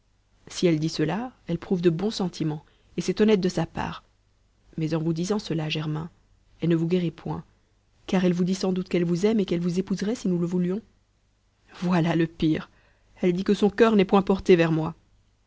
si elle dit cela elle prouve de bons sentiments et c'est honnête de sa part mais en vous disant cela germain elle ne vous guérit point car elle vous dit sans doute qu'elle vous aime et qu'elle vous épouserait si nous le voulions voilà le pire elle dit que son cur n'est point porté vers moi